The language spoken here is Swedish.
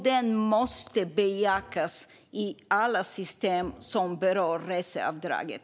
Den måste bejakas i alla system som berör reseavdraget.